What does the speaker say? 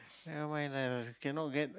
never mind ah cannot get